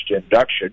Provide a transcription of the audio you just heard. induction